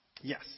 Yes